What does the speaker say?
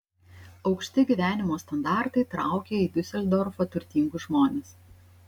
aukšti gyvenimo standartai traukia į diuseldorfą turtingus žmones